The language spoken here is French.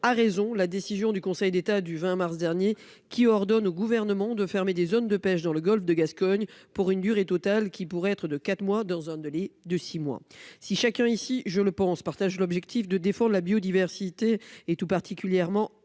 A raison. La décision du Conseil d'État du 20 mars dernier qui ordonne au gouvernement de fermer des zones de pêche dans le Golfe de Gascogne pour une durée totale qui pourrait être de quatre mois dans un de lits de six mois, si chacun ici je le pense, partage l'objectif de d'effort de la biodiversité et tout particulièrement